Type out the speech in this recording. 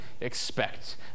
expect